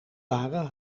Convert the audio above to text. waren